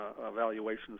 evaluations